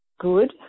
good